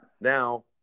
Now